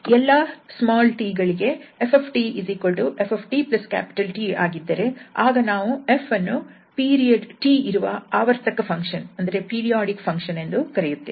ಎಲ್ಲಾ 𝑡 ಗಳಿಗೆ 𝑓𝑡 𝑓𝑡 𝑇 ಆಗಿದ್ದರೆ ಆಗ ನಾವು 𝑓 ಅನ್ನು ಪೀರಿಯಡ್ 𝑇 ಇರುವ ಆವರ್ತಕ ಫಂಕ್ಷನ್ ಎಂದು ಕರೆಯುತ್ತೇವೆ